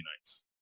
nights